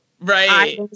Right